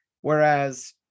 Whereas